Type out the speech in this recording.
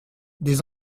des